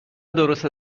درست